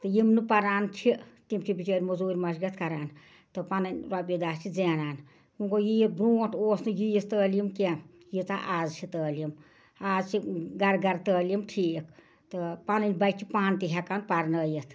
تہٕ یِم نہٕ پران چھِ تِم چھِ بِچٲرۍ مُزوٗرۍ مشغت کران تہٕ پَنٕنۍ رۄپیہِ دَہ چھِ زینان وۄنۍ گوٚو یہِ یہِ برٛونٛٹھ اوس نہٕ ییٖژ تٲلیٖم کیٚنہہ ییٖژاہ آز چھےٚ تٲلیٖم آز چھےٚ گَرٕ گَرٕ تٲلیٖم ٹھیٖک تہٕ پَنٕنۍ بَچہٕ چھِ پانہٕ تہِ ہٮ۪کان پَرٕنٲیِتھ